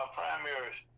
primaries